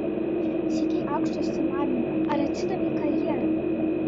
siekei aukštojo išsilavinimo ar atsidavei karjerai